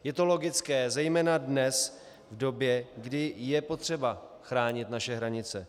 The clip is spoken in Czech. Je to logické zejména dnes, v době, kdy je potřeba chránit naše hranice.